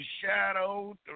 shadow